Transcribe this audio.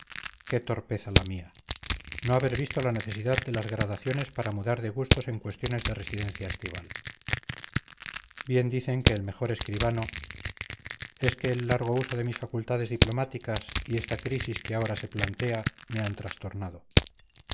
qué torpeza la mía no haber visto la necesidad de las gradaciones para mudar de gustos en cuestiones de residencia estival bien dicen que el mejor escribano es que el largo uso de mis facultades diplomáticas y esta crisis que ahora se plantea me han trastornado